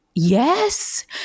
Yes